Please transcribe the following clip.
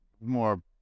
more